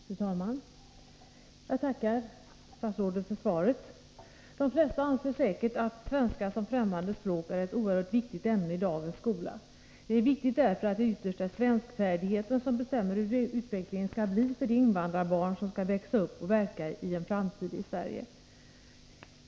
Fru talman! Jag tackar statsrådet för svaret. De flesta anser säkert att svenska som främmande språk är ett oerhört viktigt ämne i dagens skola. Det är viktigt därför att det ytterst är svenskfärdigheten som bestämmer hur utvecklingen skall bli för de invandrarbarn som växer upp och skall verka i en framtid i Sverige.